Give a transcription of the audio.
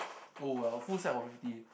oh well full set of fifty